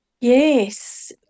Yes